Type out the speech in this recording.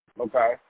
Okay